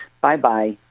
Bye-bye